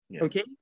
Okay